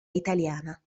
italiana